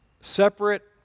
Separate